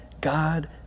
God